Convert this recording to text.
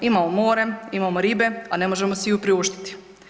Imamo more, imamo ribe, a ne možemo si je priuštiti.